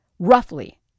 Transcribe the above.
Roughly